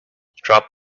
drop